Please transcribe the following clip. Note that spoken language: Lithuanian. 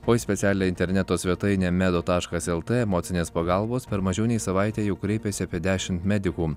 o į specialią interneto svetainę medo taškas lt emocinės pagalbos per mažiau nei savaitę jau kreipėsi apie dešimt medikų